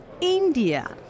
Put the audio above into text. India